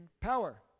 power